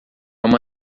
uma